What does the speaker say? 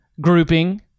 grouping